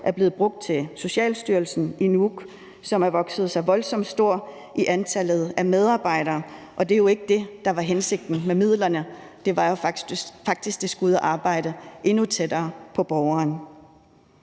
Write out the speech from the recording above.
er blevet brugt til Socialstyrelsen i Nuuk, som har vokset sig voldsomt stor i antallet af medarbejdere, og det var jo ikke det, der var hensigten med midlerne – det var jo faktisk, at de skulle ud at arbejde endnu tættere på borgerne.